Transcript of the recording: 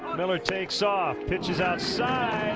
miller takes off. pitches outside